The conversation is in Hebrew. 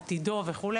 עתידו וכולי,